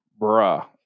Bruh